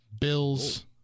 Bills